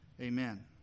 Amen